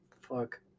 Fuck